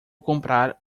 comprar